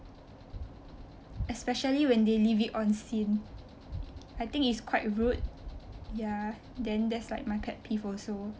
especially when they leave it on seen I think it's quite rude ya then that's like my pet peeve also